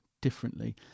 differently